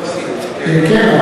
כן,